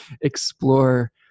explore